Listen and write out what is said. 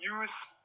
use